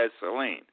gasoline